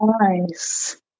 Nice